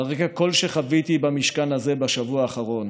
על רקע כל שחוויתי במשכן הזה בשבוע האחרון